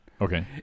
Okay